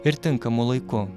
ir tinkamu laiku